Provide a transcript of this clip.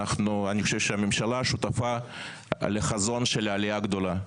אני חושב שהממשלה שותפה לחזון של העלייה הגדולה.